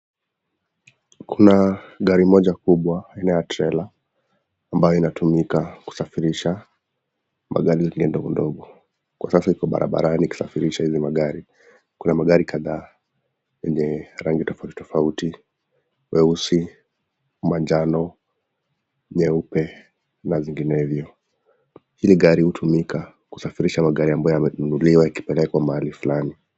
Kuna gari moja kubwa aina ya trallor ambayo inatumika kusafirisha magari zingine ndogo ndogo. Kwa sasa iko barabarani ikusafirisha hizi magari. Kuna magari kadhaa yenye rangi tofauti tofauti; weusi, manjano, nyeupe na zinginevyo. Hili gari hutumika kusafirisha magari ambayo yamenunuliwa ikipelekwa mahali flani.